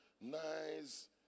nice